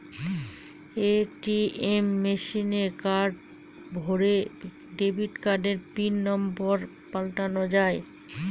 ATM মেশিনে card ভোরে debit কার্ডের পিন নম্বর পাল্টানো যায়